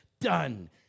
Done